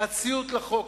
הציות לחוק.